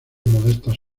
modestas